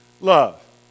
Love